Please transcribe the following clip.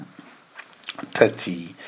thirty